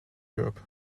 europe